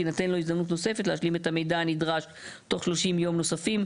תינתן לו הזדמנות נוספת להשלים את המידע הנדרש תוך 30 יום נוספים.